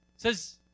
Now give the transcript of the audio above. Says